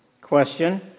question